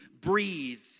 breathe